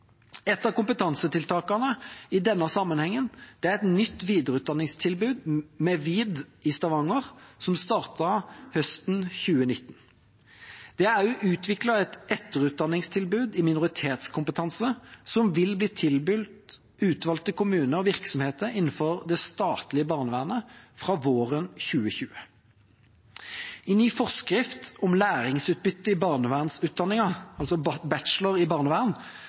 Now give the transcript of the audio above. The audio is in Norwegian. Et av kompetansetiltakene i denne sammenhengen er et nytt videreutdanningstilbud ved VID vitenskapelige høgskole i Stavanger, som startet høsten 2019. Det er også utviklet et etterutdanningstilbud i minoritetskompetanse som vil bli tilbudt utvalgte kommuner og virksomheter innenfor det statlige barnevernet fra våren 2020. I ny forskrift om læringsutbytte i barnevernsutdanningen, bachelor i barnevern,